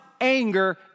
anger